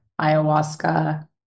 ayahuasca